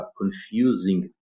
confusing